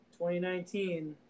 2019